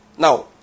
Now